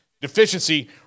deficiency